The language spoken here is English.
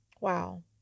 Wow